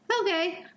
Okay